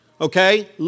Okay